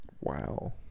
Wow